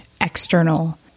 external